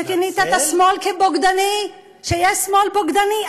שכינית את השמאל "בוגדני" שיש שמאל בוגדני.